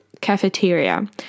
cafeteria